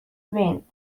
win